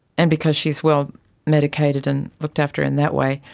and because she well medicated and looked after in that way,